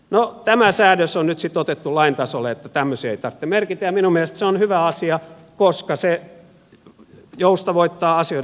no tämä säädös on nyt sitten otettu lain tasolle että tämmöisiä ei tarvitse merkitä ja minun mielestäni se on hyvä asia koska se joustavoittaa asioiden käsittelyä